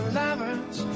lovers